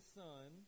son